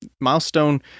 Milestone